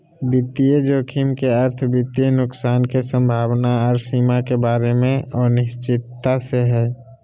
वित्तीय जोखिम के अर्थ वित्तीय नुकसान के संभावना आर सीमा के बारे मे अनिश्चितता से हय